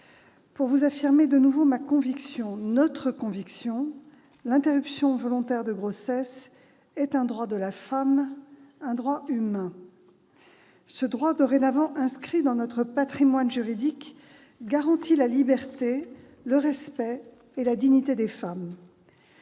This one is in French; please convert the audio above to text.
pour affirmer de nouveau ma conviction, notre conviction : l'interruption volontaire de grossesse est un droit de la femme, un droit humain. Ce droit, dorénavant inscrit dans notre patrimoine juridique, garantit la liberté, le respect et la dignité des femmes.